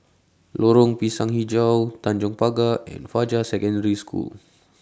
Lorong Pisang Hijau Tanjong Pagar and Fajar Secondary School